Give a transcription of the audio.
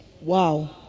Wow